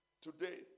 Today